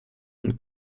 und